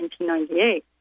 1998